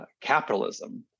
capitalism